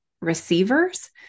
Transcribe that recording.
receivers